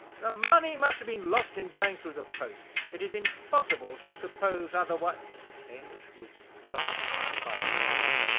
the money must have been lost in going through the post it is impossible to suppose otherwi hamish was stopped by a commotion.